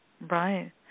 Right